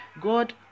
God